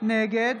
נגד